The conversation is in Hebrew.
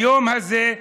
ביום הזה,